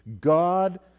God